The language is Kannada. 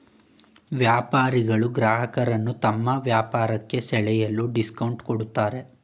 ವ್ಯಾಪಾರಿಗಳು ಗ್ರಾಹಕರನ್ನು ತಮ್ಮ ವ್ಯಾಪಾರಕ್ಕೆ ಸೆಳೆಯಲು ಡಿಸ್ಕೌಂಟ್ ಕೊಡುತ್ತಾರೆ